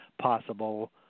possible